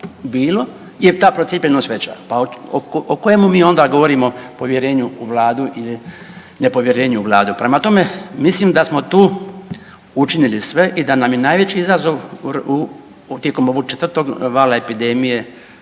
bila je ta procijepljenost veća. Pa o kojemu mi onda govorimo povjerenju u Vladu ili nepovjerenju u Vladu? Prema tome, mislim da smo tu učinili sve i da nam je najveći izazov tijekom ovog 4. vala epidemije